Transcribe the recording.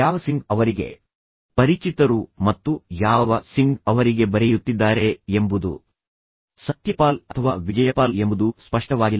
ಯಾವ ಸಿಂಗ್ ಅವರಿಗೆ ಪರಿಚಿತರು ಮತ್ತು ಯಾವ ಸಿಂಗ್ ಅವರಿಗೆ ಬರೆಯುತ್ತಿದ್ದಾರೆ ಎಂಬುದು ಸತ್ಯಪಾಲ್ ಅಥವಾ ವಿಜಯಪಾಲ್ ಎಂಬುದು ಸ್ಪಷ್ಟವಾಗಿಲ್ಲ